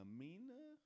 Amina